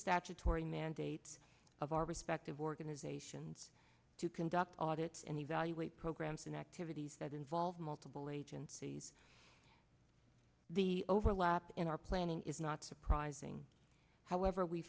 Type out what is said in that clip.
statutory mandates of our respective organizations to conduct audit and evaluate programs and activities that involve multiple agencies the overlap in our planning is not surprising however we